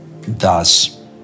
Thus